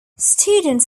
students